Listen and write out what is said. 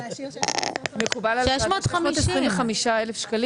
מקובל עליכם 625,000,